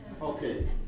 Okay